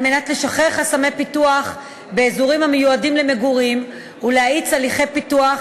כדי לשחרר חסמי פיתוח באזורים המיועדים למגורים ולהאיץ הליכי פיתוח,